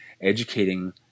educating